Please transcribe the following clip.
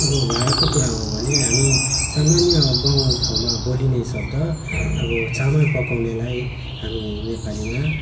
अब भाँडाको कुरा हो भने हामी सामान्य गाउँठाउँमा बोलिने शब्द अब चामल पकाउनेलाई हामी नेपालीमा